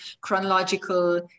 chronological